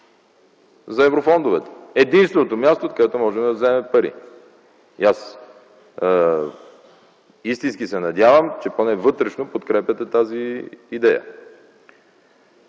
за еврофондовете. Единственото място, откъдето можем да вземем пари. И аз истински се надявам, че поне вътрешно подкрепяте тази идея.